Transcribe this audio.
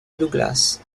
douglas